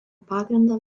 pagrindą